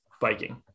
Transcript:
biking